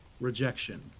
rejection